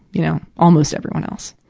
you know, almost everybody else.